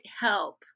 help